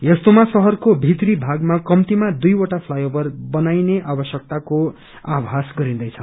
यस्तोमा शहरको भित्री भागमा कम्तीमा दुईवटा फ्लाई ओभर बनाइने आवश्यकता आभस गरिन्दैछ